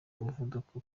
umuvuduko